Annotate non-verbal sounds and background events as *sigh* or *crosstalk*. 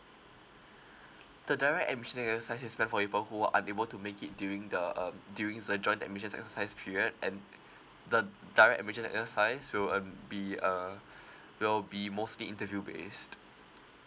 *breath* the direct admissions exercise is meant for people who are unable to make it during the um during the joint admissions exercise period and *breath* the direct admissions exercise will um be uh *breath* will be mostly interview based